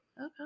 Okay